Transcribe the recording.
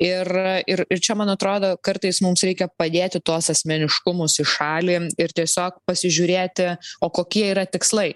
ir ir ir čia man atrodo kartais mums reikia padėti tuos asmeniškumus į šalį ir tiesiog pasižiūrėti o kokie yra tikslai